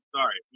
Sorry